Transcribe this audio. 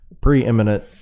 preeminent